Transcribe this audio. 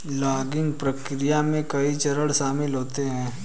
logging प्रक्रिया में कई चरण शामिल होते है